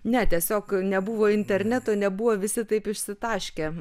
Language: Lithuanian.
ne tiesiog nebuvo interneto nebuvo visi taip išsitaškę